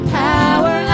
power